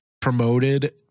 promoted